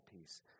peace